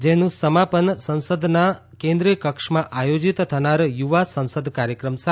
જેનું સમાપન સંસદના કેન્દ્રીય કક્ષમાં આયોજીત થનાર યુવા સંસદ કાર્યક્રમ સાથે થશે